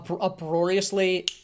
uproariously